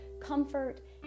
comfort